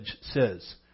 says